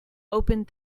opened